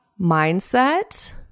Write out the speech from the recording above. mindset